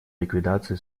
ликвидации